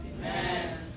Amen